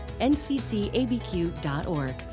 nccabq.org